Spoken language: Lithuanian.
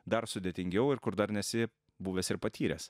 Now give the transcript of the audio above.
dar sudėtingiau ir kur dar nesi buvęs ir patyręs